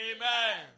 Amen